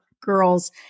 girls